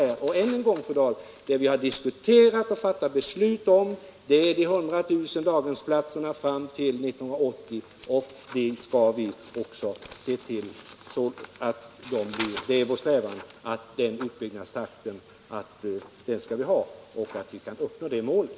Än en gång, fru Dahl: Det vi har diskuterat och fattat beslut om är 100 000 daghemsplatser fram till 1980, och det är vår strävan att hålla en sådan utbyggnadstakt att vi kan uppnå det målet.